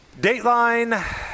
Dateline